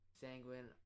Sanguine